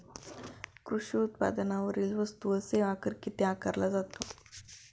कृषी उत्पादनांवरील वस्तू व सेवा कर किती आकारला जातो?